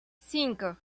cinco